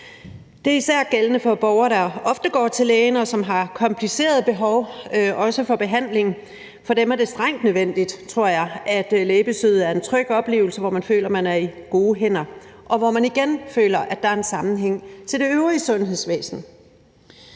Det er især gældende for borgere, der ofte går til lægen, og som har komplicerede behov, også for behandling. For dem er det strengt nødvendigt, tror jeg, at lægebesøget er en tryg oplevelse, hvor man føler, at man er i gode hænder, og hvor man igen føler, at der er en sammenhæng til det øvrige sundhedsvæsen.